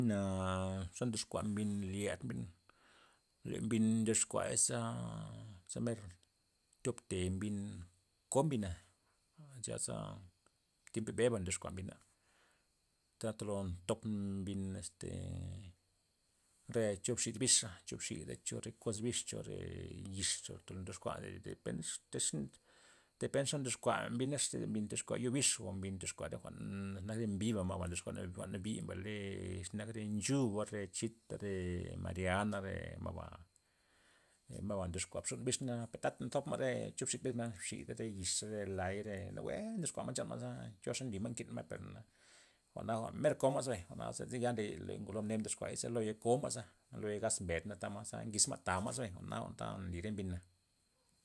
Naa xo ndoxkua mbin lyed mbin, le mbin ndoxkuay za za mer tyopte mbin ko' mbina', xyaza tiemp be be'ba ndoxkua mbina, tata ndolo ntop mbina este re chobxi bixa chobxi chore koz bix chore yixa ndore ndyox kua depedn che- che depen ze ndox kua mbinax iz mbin tyox kua yo bix o mbin toxkua thi jwa'n nak zi mbi'ba ma'ba ndoxkua jwa'n nabi' mbay le xe nak re nchub re chita' re mariana' re ma'ba ma', ee ndoxkua xid bix na per tata nzopma re chobxi nak mxida re yixa re la'y re nawue ndoxkua ma' chanma'za xo xenli ma' nken ma'y per jwa'na mer koma'zabay jwa'na zyn ya ngolo ne mdoskuay za choloy koma'yza tya gaz mbedza' tamod ze ngizma' tama'za jwa'na ta nly re mbina'.